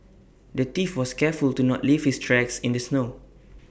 the thief was careful to not leave his tracks in the snow